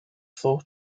four